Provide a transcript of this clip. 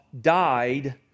died